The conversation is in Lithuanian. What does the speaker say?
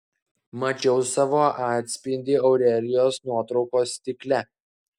mačiau savo atspindį aurelijos nuotraukos stikle